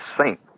Saint